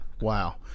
wow